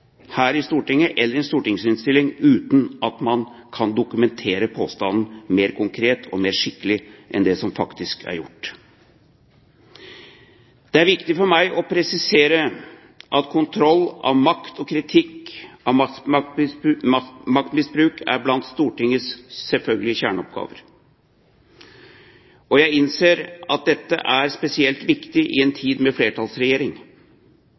her i Stortinget eller i en stortingsinnstilling uten at man kan dokumentere påstanden mer konkret og mer skikkelig enn det som faktisk er gjort. Det er viktig for meg å presisere at kontroll av makt og kritikk av maktmisbruk er blant Stortingets selvfølgelige kjerneoppgaver, og jeg innser at dette er spesielt viktig i en tid med flertallsregjering.